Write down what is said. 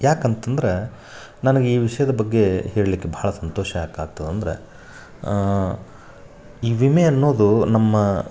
ಯಾಕಂತಂದ್ರೆ ನನಗೆ ಈ ವಿಷ್ಯದ ಬಗ್ಗೆ ಹೇಳ್ಲಿಕ್ಕೆ ಭಾಳ ಸಂತೋಷ ಯಾಕೆ ಆಯ್ತು ಅಂದ್ರೆ ಈ ವಿಮೆ ಅನ್ನೋದು ನಮ್ಮ